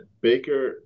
Baker